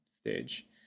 stage